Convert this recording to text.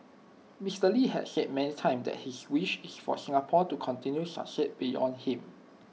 Mister lee had said many time that his wish is for Singapore to continue succeed beyond him